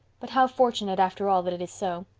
but how fortunate after all that it is so,